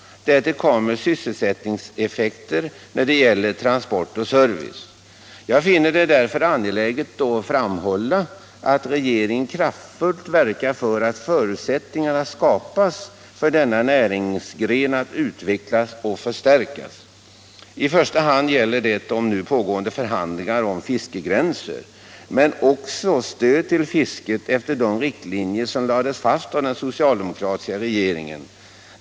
Därtill kommer sysselsättningseffekter när det gäller transporter och service. Jag finner det angeläget att framhålla att regeringen kraftfullt bör verka för att förutsättningar skapas för denna näringsgren att utvecklas och förstärkas. I första hand gäller det de nu pågående förhandlingarna om fiskegränser men också stöd till fisket efter de riktlinjer som lades fast av den socialdemokratiska regeringen.